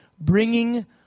bringing